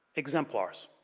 exemplars.